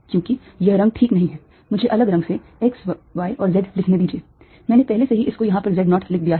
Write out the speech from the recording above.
क्योंकि यह रंग ठीक नहीं है मुझे अलग रंग से x y और z लिखने दीजिए मैंने पहले से ही इसको यहां पर z naught लिख दिया है